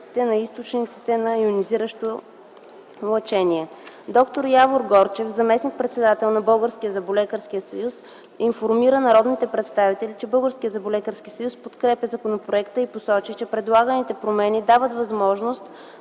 на източниците на йонизиращо лъчение. Доктор Явор Горчев заместник-председател на Българския зъболекарски съюз, информира народните представители, че Българският зъболекарски съюз подкрепя законопроекта и посочи, че предлаганите промени дават възможност